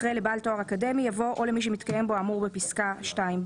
אחרי "לבעל תואר אקדמי" יבוא "או למי שמתקיים בו האמור בפסקה (2)(ב)".